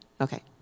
Okay